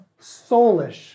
soulish